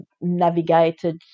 navigated